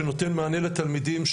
שנותן מענה לתלמידים,